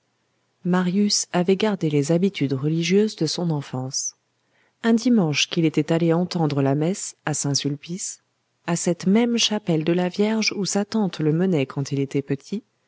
marius avait gardé les habitudes religieuses de son enfance un dimanche qu'il était allé entendre la messe à saint-sulpice à cette même chapelle de la vierge où sa tante le menait quand il était petit